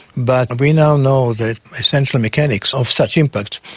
but we now know that essential mechanics of such impacts,